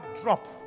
drop